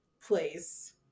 place